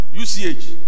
UCH